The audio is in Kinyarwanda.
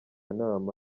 nama